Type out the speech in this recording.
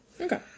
Okay